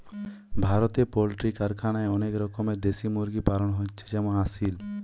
ভারতে পোল্ট্রি কারখানায় অনেক রকমের দেশি মুরগি পালন হচ্ছে যেমন আসিল